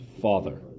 father